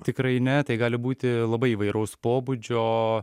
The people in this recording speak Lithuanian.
tikrai ne tai gali būti labai įvairaus pobūdžio